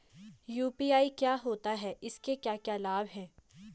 UPI क्या होता है इसके क्या क्या लाभ हैं?